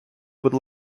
будь